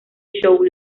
show